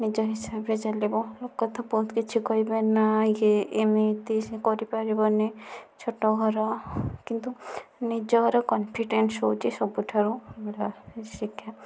ନିଜ ହିସାବରେ ଚାଲିବ ଲୋକ ତ ବହୁତ କିଛି କହିବେ ନା ଇଏ ଏମିତି କରିପାରିବନି ଛୋଟ ଘର କିନ୍ତୁ ନିଜର କନଫିଡେନ୍ସ ହେଉଛି ସବୁଠାରୁ ବଡ଼ ଶିକ୍ଷା